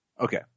Okay